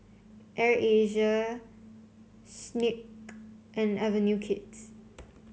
Air Asia Schick and Avenue Kids